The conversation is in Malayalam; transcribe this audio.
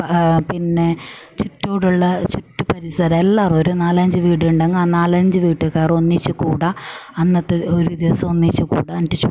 പിന്നെ ചുറ്റോടുള്ള ചുറ്റ് പരിസരം എല്ലാവരും ഒരു നാലഞ്ച് വീടുണ്ടെങ്കിൽ ആ നാലഞ്ച് വീട്ടുകാർ ഒന്നിച്ച് കൂടി അന്നത്തെ ഒരു ദിവസം ഒന്നിച്ച് കൂടുക എന്നിട്ട്